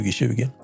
2020